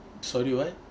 sorry what